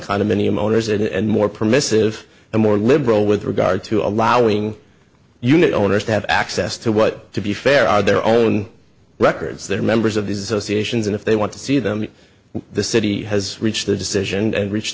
condominium owners and more permissive and more liberal with regard to allowing unit owners to have access to what to be fair are their own records that are members of these o c a sions and if they want to see them the city has reached a decision and reached